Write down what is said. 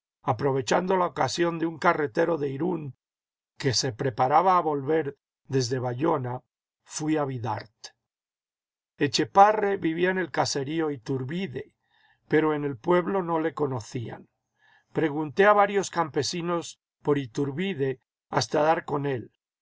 aprovechando la ocasión de un carretero de irún que se preparaba a volver desde bayona fui a bidart etchepare vivía en el caserío ithurbide pero en el pueblo no le conocían pregunté a varios campesinos por ithurbide hasta dar con él